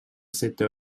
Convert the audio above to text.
cette